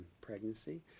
pregnancy